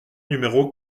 numéro